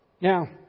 Now